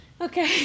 Okay